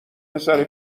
پسره